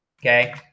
okay